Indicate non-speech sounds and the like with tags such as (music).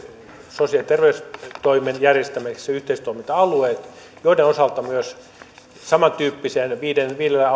sosiaali ja terveystoimen järjestämiseksi yhteistoiminta alueet joiden osalta katsotaan että samantyyppisesti viidellä (unintelligible)